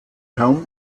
kaum